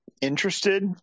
interested